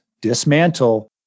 dismantle